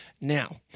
Now